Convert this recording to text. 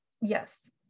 yes